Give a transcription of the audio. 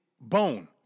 bone